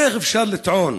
איך אפשר לטעון